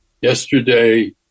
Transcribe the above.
Yesterday